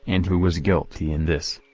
and who was guilty in this?